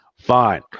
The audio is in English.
fine